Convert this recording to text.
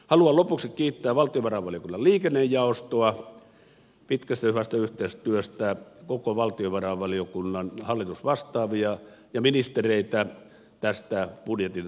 haluan lopuksi kiittää valtiovarainvaliokunnan liikennejaostoa pitkästä ja hyvästä yhteistyöstä koko valtiovarainvaliokunnan hallitusvastaavia ja ministereitä tästä budjetin valmistelusyksystä